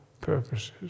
purposes